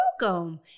Welcome